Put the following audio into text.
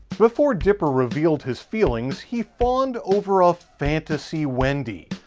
before dipper revealed his feelings, he fawned over a fantasy wendy.